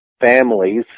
families